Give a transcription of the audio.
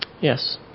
Yes